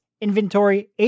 inventory